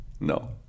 No